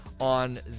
on